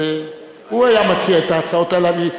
אז הוא היה מציע את ההצעות האלה.